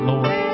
Lord